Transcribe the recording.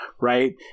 right